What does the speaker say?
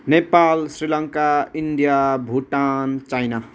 Nepal Sri Lanka India Bhutan China